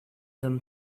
them